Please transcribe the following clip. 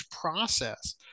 process